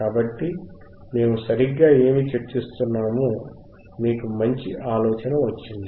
కాబట్టి మేము సరిగ్గా ఏమి చర్చిస్తున్నామో మీకు మంచి ఆలోచన వచ్చింది